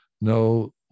no